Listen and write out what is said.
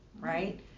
right